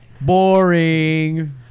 boring